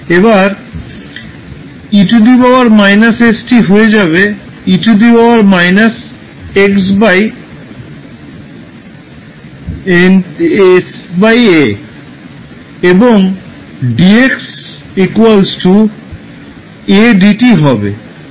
এবার 𝑒 − 𝑠𝑡 হয়ে যাবে 𝑒 − 𝑥 𝑠⁄𝑎 এবং dx a dt হবে